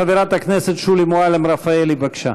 חברת הכנסת שולי מועלם-רפאלי, בבקשה.